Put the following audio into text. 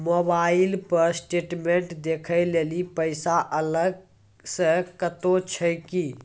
Mobile पर statement देखे लेली पैसा अलग से कतो छै की?